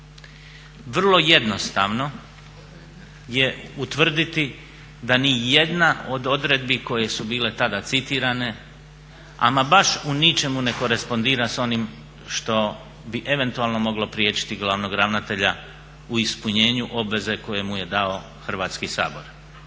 Vrlo jednostavno je utvrditi da nijedna od odredbi koje su bile tada citirane ama baš u ničemu ne korespondira s onim što bi eventualno moglo priječiti glavnog ravnatelja u ispunjenju obveze koju mu je dao Hrvatski sabor.